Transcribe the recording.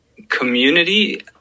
Community